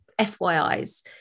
FYIs